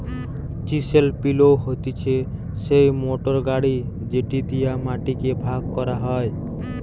chisel plough হতিছে সেই motor গাড়ি যেটি দিয়া মাটি কে ভাগ করা হয়